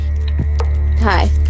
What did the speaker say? Hi